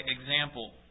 example